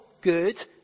good